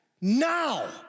now